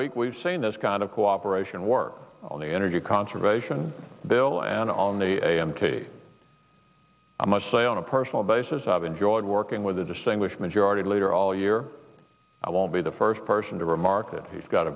week we've seen this kind of cooperation work on the energy conservation bill and on a m t i must say on a personal basis have enjoyed working with a distinguished majority leader all year i won't the first person to remark that he's got